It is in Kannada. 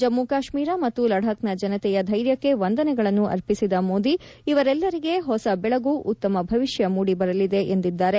ಜಮ್ಮ ಕಾಶ್ಮೀರ ಮತ್ತು ಲಡಾಬ್ನ ಜನತೆಯ ಧೈರ್ಯಕ್ಕೆ ವಂದನೆಗಳನ್ನು ಅರ್ಪಿಸಿದ ಮೋದಿ ಇವರೆಲ್ಲರಿಗೆ ಹೊಸ ಬೆಳಗು ಉತ್ತಮ ಭವಿಷ್ಕ ಮೂಡಿ ಬರಲಿದೆ ಎಂದಿದ್ದಾರೆ